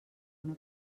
una